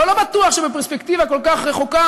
אבל לא בטוח שבפרספקטיבה כל כך רחוקה